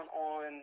on